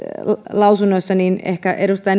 lausunnossahan ehkä edustaja